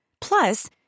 Plus